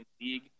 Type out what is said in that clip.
league